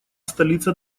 столица